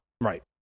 Right